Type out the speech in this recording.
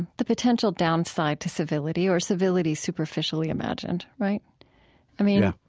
the potential downside to civility, or civility superficially imagined, right i mean,